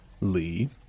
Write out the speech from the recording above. Lee